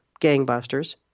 gangbusters